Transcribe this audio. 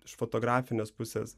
iš fotografinės pusės